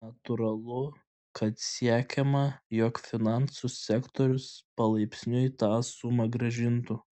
natūralu kad siekiama jog finansų sektorius palaipsniui tą sumą grąžintų